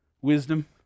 wisdom